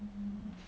mm